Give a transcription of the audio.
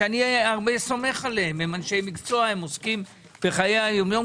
שאני סומך עליהם; הם אנשי מקצוע שעוסקים בכך בחיי היום-יום.